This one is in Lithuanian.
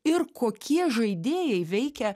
ir kokie žaidėjai veikia